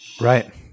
Right